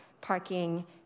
parking